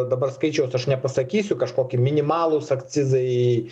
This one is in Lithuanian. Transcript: dabar skaičiaus aš nepasakysiu kažkokie minimalūs akcizai